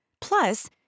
Plus